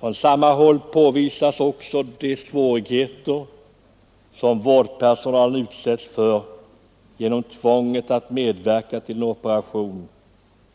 Från samma håll påvisas också de svårigheter som vårdpersonalen utsätts för genom tvånget att medverka till en operation